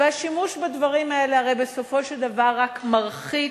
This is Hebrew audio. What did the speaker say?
השימוש בדברים האלה הרי בסופו של דבר רק מרחיק